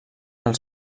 els